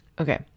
Okay